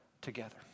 together